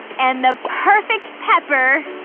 and the perfect pepper!